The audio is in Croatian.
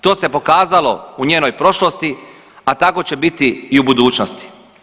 To se pokazalo u njenoj prošlosti, a tako će biti i u budućnosti.